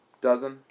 Dozen